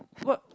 what